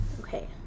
Okay